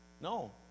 No